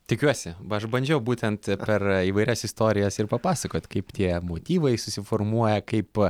tikiuosi aš bandžiau būtent per įvairias istorijas ir papasakot kaip tie motyvai susiformuoja kaip